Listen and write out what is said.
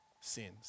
sins